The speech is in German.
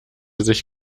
sich